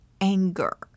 anger